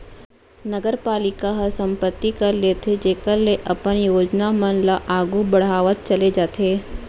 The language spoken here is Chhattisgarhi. नगरपालिका ह संपत्ति कर लेथे जेखर ले अपन योजना मन ल आघु बड़हावत चले जाथे